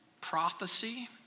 Prophecy